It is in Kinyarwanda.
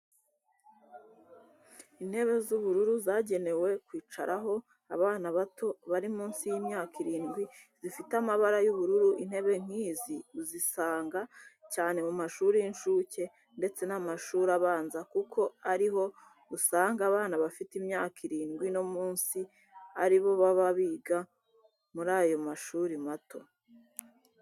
Intebe z'ubururu zagenewe kwicaraho abana bato bari munsi y'imyaka irindwi zifite amabara y'ubururu, intebe nk'izi uzisanga cyane mu mashuri y'incuke ndetse n'amashuri abanza kuko ariho usanga abana bafite imyaka irindwi no munsi ari bo baba biga muri ayo mashuri mato.